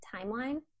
timeline